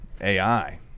AI